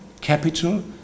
capital